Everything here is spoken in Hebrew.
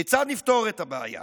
כיצד נפתור את הבעיה,